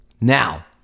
Now